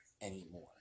anymore